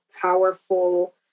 powerful